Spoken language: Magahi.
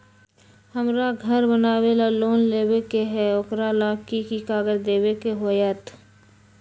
हमरा घर बनाबे ला लोन लेबे के है, ओकरा ला कि कि काग़ज देबे के होयत?